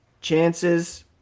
chances